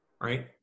right